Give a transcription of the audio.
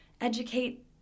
educate